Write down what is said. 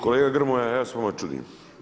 Kolega Grmoja, ja se vama čudim.